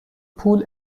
پول